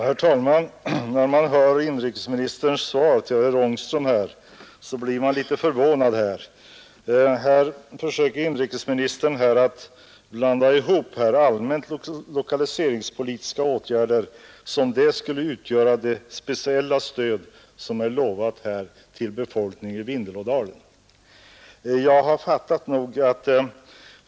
Herr talman! När man hör inrikesministerns svar till herr Ångström blir man litet förvånad. Här försöker inrikesministern att blanda in allmänt lokaliseringspolitiska åtgärder som om de skulle utgöra det speciella stöd som är lovat till befolkningen i Vindelådalen.